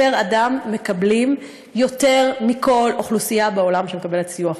פר-אדם מקבלים יותר מכל אוכלוסייה בעולם שמקבלת סיוע חוץ.